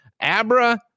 Abra